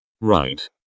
Right